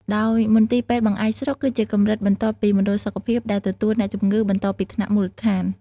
ដោយមន្ទីរពេទ្យបង្អែកស្រុក គឺជាកម្រិតបន្ទាប់ពីមណ្ឌលសុខភាព ដែលទទួលអ្នកជំងឺបន្តពីថ្នាក់មូលដ្ឋាន។